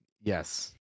yes